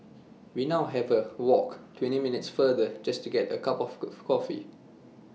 we now have A walk twenty minutes further just to get A cup of coffee